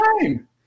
time